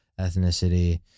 ethnicity